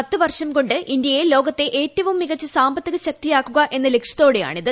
പത്ത് വർഷം കൊ ് ഇന്ത്യയെ ലോകത്തെ ഏറ്റവും മികച്ച സാമ്പത്തിക ശക്തിയാക്കുക എന്ന ലക്ഷ്യത്തോടെയുള്ളതാണിത്